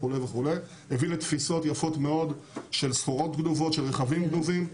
זה הביא לתפיסות יפות מאוד של סחורות גנובות ורכבים גנובים.